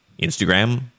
Instagram